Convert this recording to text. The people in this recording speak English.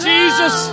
Jesus